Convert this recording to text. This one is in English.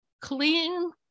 clean